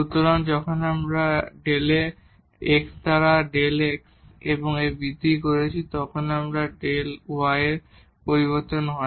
সুতরাং যখন আমরা Δ তে x দ্বারা Δ x এ একটি বৃদ্ধি করেছি তখন এটি Δ y এ পরিবর্তন হয়